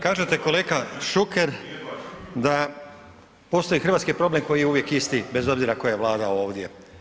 Kažete kolega Šuker da postoji hrvatski problem koji je uvijek isti bez obzira koja je Vlada ovdje.